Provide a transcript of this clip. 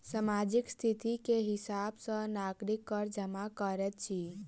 सामाजिक स्थिति के हिसाब सॅ नागरिक कर जमा करैत अछि